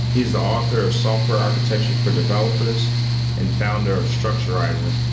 he's the author of software architecture for developers and founder of structurizr.